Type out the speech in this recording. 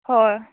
हय